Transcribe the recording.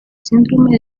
síndrome